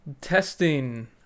Testing